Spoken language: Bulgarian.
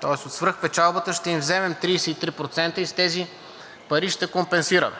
тоест от свръхпечалбата ще им вземем 33% и с тези пари ще компенсираме.